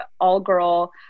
all-girl